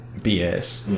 bs